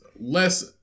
less